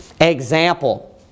example